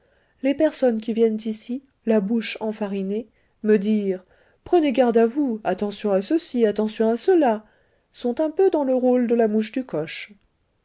les personnes qui viennent ici la bouche enfarinée me dire prenez garde à vous attention à ceci attention à cela sont un peu dans le rôle de la mouche du coche